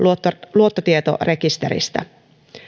luottotietorekisteristä